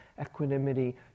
equanimity